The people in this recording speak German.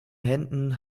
händen